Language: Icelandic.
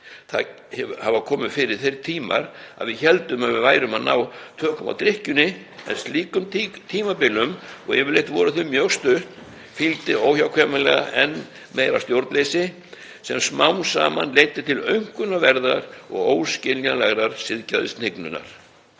Það hafa komið þeir tímar að við héldum að við værum að ná tökum á drykkjunni, en slíkum tímabilum, og yfirleitt voru þau mjög stutt, fylgdi óhjákvæmilega enn meira stjórnleysi sem smám saman leiddi til aumkunarverðrar og óskiljanlegrar siðgæðishnignunar.